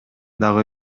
дагы